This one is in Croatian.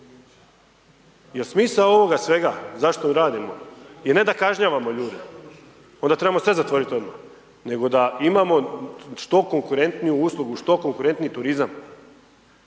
Jer smisao ovoga svega zašto ju radimo je ne da kažnjavamo ljude, onda trebamo sve zatvoriti odmah, nego da imamo što konkurentniju uslugu, što konkurentniji turizam.